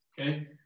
okay